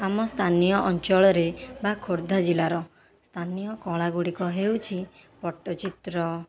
ଆମ ସ୍ଥାନୀୟ ଅଞ୍ଚଳରେ ବା ଖୋର୍ଦ୍ଧା ଜିଲ୍ଲାର ସ୍ଥାନୀୟ କଳା ଗୁଡ଼ିକ ହେଉଛି ପଟ୍ଟଚିତ୍ର